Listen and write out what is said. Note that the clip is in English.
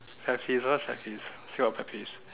pet peeves what pet peeves say your pet peeves